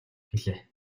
гэлээ